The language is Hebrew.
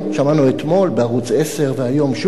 שמענו אתמול בערוץ-10 והיום שוב,